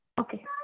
Okay